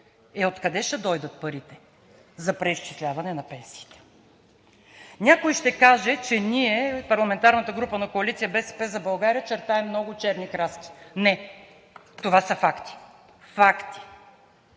Е, откъде ще дойдат парите за преизчисляване на пенсиите? Някой ще каже, че ние – парламентарната група на коалиция „БСП за България“, чертаем много черни краски. Не, това са факти – факти.